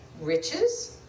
riches